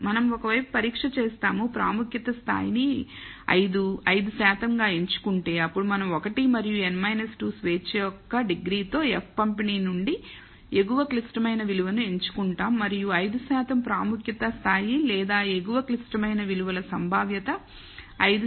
మనం ఒకవైపు పరీక్ష చేస్తాము ప్రాముఖ్యత స్థాయిని 5 5 శాతంగా ఎంచుకుంటే అప్పుడు మనం 1 మరియు n 2 స్వేచ్ఛ యొక్క డిగ్రీ తో F పంపిణీ నుండి ఎగువ క్లిష్టమైన విలువను ఎంచుకుంటాం మరియు 5 శాతం ప్రాముఖ్యత స్థాయి లేదా ఎగువ క్లిష్టమైన విలువల సంభావ్యత 5 శాతం 0